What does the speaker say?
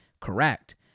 correct